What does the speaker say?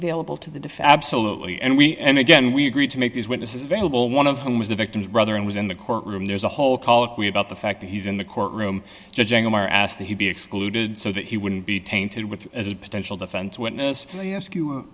diff absolutely and we and again we agreed to make these witnesses available one of whom was the victim's brother and was in the courtroom there's a whole colloquy about the fact that he's in the courtroom judging them are asked that he be excluded so that he wouldn't be tainted with as a potential defense witness ask you